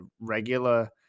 regular